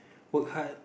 work hard